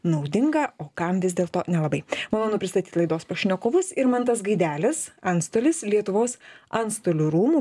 naudinga o kam vis dėlto nelabai malonu pristatyt laidos pašnekovus irmantas gaidelis antstolis lietuvos antstolių rūmų